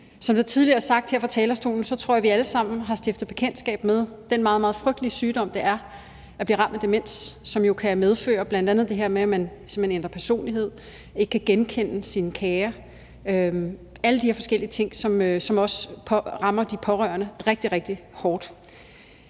Som der tidligere er sagt her fra talerstolen, tror jeg vi alle sammen har stiftet bekendtskab med den meget, meget frygtelige sygdom demens, som jo, når man bliver ramt, bl.a. kan medføre det her med, at man simpelt hen ændrer personlighed og ikke kan genkende sine kære – altså alle de her forskellige ting, som også rammer de pårørende rigtig, rigtig hårdt.